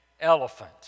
elephant